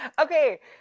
okay